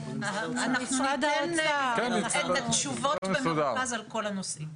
ניתן את התשובות במרוכז על כל הנושאים.